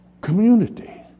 community